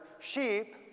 sheep